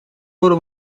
برو